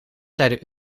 zeiden